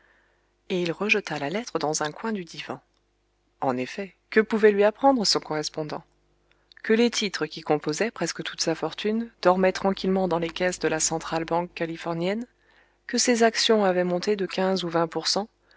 et il rejeta la lettre dans un coin du divan en effet que pouvait lui apprendre son correspondant que les titres qui composaient presque toute sa fortune dormaient tranquillement dans les caisses de la centrale banque californienne que ses actions avaient monté de quinze ou vingt pour cent